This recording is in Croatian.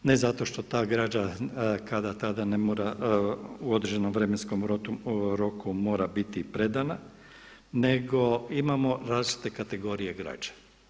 Ne zato što ta građa kada tada ne mora u određenom vremenskom roku mora biti predana, nego imamo različite kategorije građe.